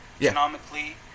economically